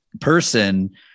person